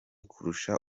kurusha